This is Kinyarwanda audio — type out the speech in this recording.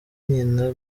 nyina